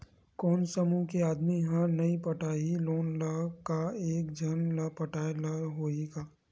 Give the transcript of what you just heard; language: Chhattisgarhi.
कोन समूह के आदमी हा नई पटाही लोन ला का एक झन ला पटाय ला होही का?